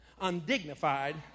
undignified